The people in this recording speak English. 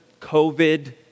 COVID